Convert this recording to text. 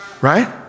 right